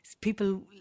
people